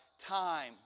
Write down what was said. time